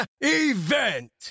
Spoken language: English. event